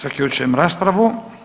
Zaključujem raspravu.